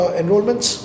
enrollments